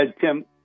Tim